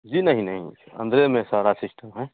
जी नहीं नहीं अंदर ही में सारा सिस्टम है